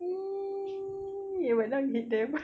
mm you were then be them